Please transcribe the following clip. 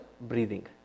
breathing